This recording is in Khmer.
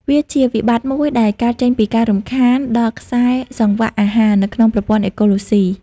វាជាវិបត្តិមួយដែលកើតចេញពីការរំខានដល់ខ្សែសង្វាក់អាហារនៅក្នុងប្រព័ន្ធអេកូឡូស៊ី។